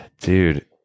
Dude